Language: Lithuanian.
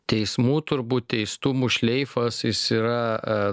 teismų turbūt teistumų šleifas jis yra